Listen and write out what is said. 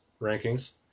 Rankings